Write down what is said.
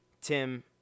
Tim